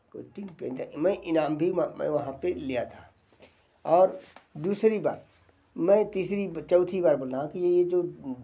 कोई तीन रुपये दिया मैं इनाम भी मैं वहाँ पर लिया था और दूसरी बात मैं तीसरी चौथी बार बोलना कि ये जो